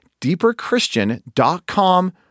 deeperchristian.com